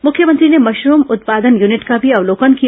मुख्यमंत्री ने मशरूम उत्पादन यूनिट का भी अवलोकन किया